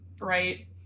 Right